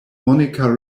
monica